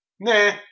Nah